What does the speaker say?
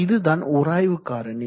இதுதான் உராய்வு காரணி